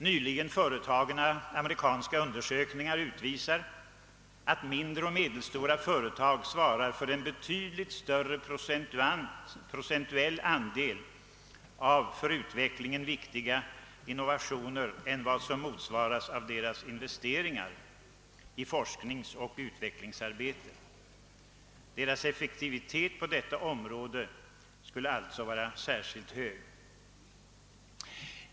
Nyligen företagna amerikanska undersökningar visar att mindre och medelstora företag svarar för en betydligt större procentuell andel av för utvecklingen viktiga innovationer än vad som motsvaras av deras investeringar i forskningsoch utvecklingsarbete. Deras effektivitet på detta område skulle alltså vara särskilt hög.